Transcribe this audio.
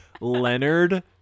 Leonard